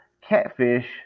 catfish